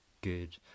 good